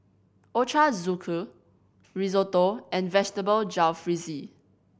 Ochazuke Risotto and Vegetable Jalfrezi